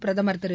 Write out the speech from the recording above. பிரதமர் திரு